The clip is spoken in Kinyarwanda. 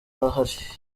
ahari